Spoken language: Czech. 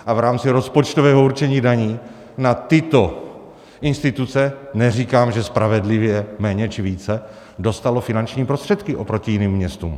A v rámci rozpočtového určení daní na tyto instituce, neříkám, že spravedlivě, méně či více dostalo finanční prostředky oproti jiným městům.